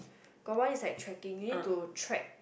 got one is tracking so you need to track